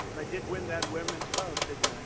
i did win that women's vote, didn't i?